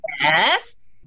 Yes